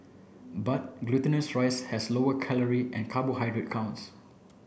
but glutinous rice has lower calorie and carbohydrate counts